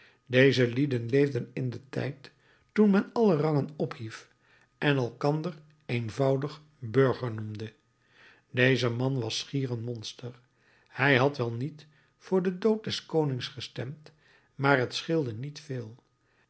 deze lieden leefden in den tijd toen men alle rangen ophief en elkander eenvoudig burger noemde deze man was schier een monster hij had wel niet voor den dood des konings gestemd maar t scheelde niet veel